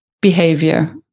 behavior